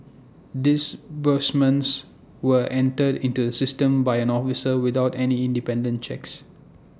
disbursements were entered into the system by an officer without any independent checks